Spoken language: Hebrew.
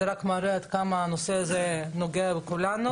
זה רק מראה עד כמה הנושא הזה נוגע בכולנו,